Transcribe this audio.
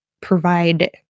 provide